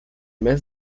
mes